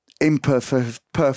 imperfect